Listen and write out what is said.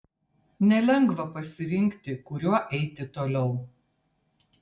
nelengva pasirinkti kuriuo eiti toliau